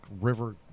river